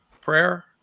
prayer